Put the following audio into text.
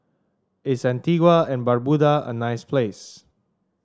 is Antigua and Barbuda a nice place